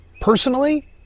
Personally